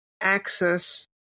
access